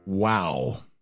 Wow